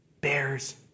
Bears